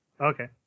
Okay